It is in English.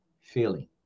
feeling